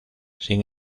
sin